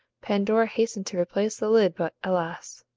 pandora hastened to replace the lid! but, alas!